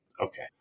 okay